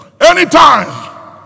Anytime